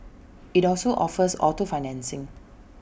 IT also offers auto financing